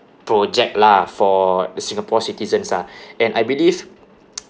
project lah for Singapore citizens lah and I believe